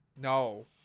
no